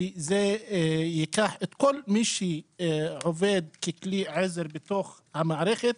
שזה ייקח את כל מי שעובד ככלי עזר בתוך המערכת